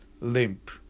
limp